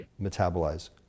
metabolize